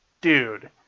dude